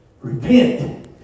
Repent